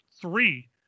three